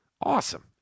Awesome